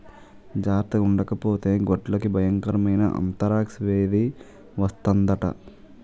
జార్తగుండకపోతే గొడ్లకి బయంకరమైన ఆంతరాక్స్ వేది వస్తందట